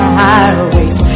highways